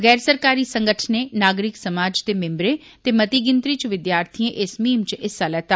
गैर सरकारी संगठनें नागरिक समाज दे मिम्बरें ते मती गिनतरी च विद्यार्थिएं इस मुहीम च हिस्सा लैता